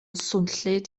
swnllyd